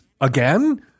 again